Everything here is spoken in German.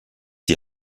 die